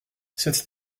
cette